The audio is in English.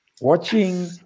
watching